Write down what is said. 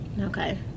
Okay